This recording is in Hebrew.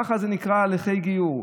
ככה זה נקרא, הליכי גיור.